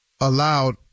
allowed